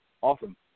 Awesome